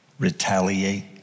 Retaliate